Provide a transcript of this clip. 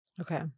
Okay